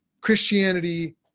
Christianity